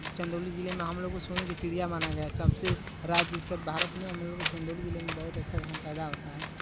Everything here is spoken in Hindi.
चंदौली जिले में हम लोग को सोने की चिड़िया माना गया है सबसे राज्य उत्तर भारत में हम लोग के चंदौली जिले में बहुत अच्छा धान पैदा होता है